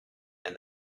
and